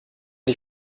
die